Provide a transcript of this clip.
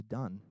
done